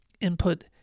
input